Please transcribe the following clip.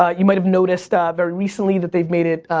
ah you might have noticed very recently that they've made it